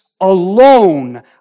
alone